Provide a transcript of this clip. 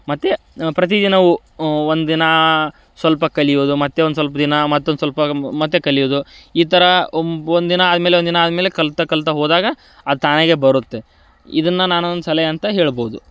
ಮತ್ತು ಪ್ರತಿದಿನ ಒಂದು ದಿನ ಸ್ವಲ್ಪ ಕಲಿಯೋದು ಮತ್ತೆ ಒಂದು ಸ್ವಲ್ಪ ದಿನ ಮತ್ತೊಂದು ಸ್ವಲ್ಪ ಮತ್ತೆ ಕಲಿಯೋದು ಈ ಥರ ಒಂಬ್ ಒಂದು ದಿನ ಆದ ಮೇಲೆ ಒಂದು ದಿನ ಆದ ಮೇಲೆ ಕಲಿತ ಕಲಿತ ಹೋದಾಗ ಅದು ತಾನಾಗೇ ಬರುತ್ತೆ ಇದನ್ನು ನಾನೊಂದು ಸಲಹೆ ಅಂತ ಹೇಳ್ಬೋದು